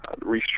restructure